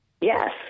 Yes